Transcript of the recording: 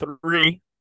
three